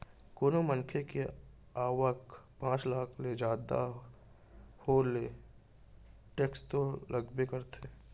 कोनो मनसे के आवक पॉच लाख ले जादा हो ले टेक्स तो लगबे करथे